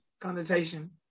connotation